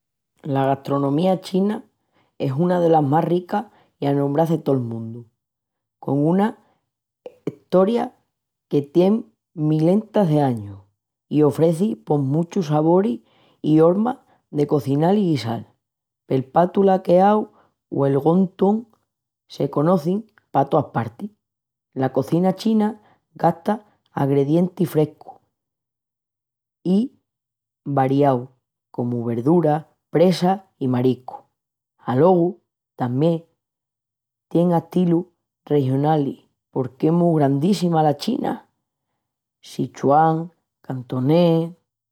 La gastronomía china es una delas más ricas i anombrás de tol mundu, con una estoria que tien milentas d'añus i ofreci pos muchus saboris i hormas de cozinal i guisal: pel patu laqueau o el wonton se conocin pa toas partis. La cozina china gasta agredientis frescus i variaus comu verdura, presa i mariscu. Alogu tamién tien astilus regionalis porque es mu grandíssima la China: sichuán, cantonés,...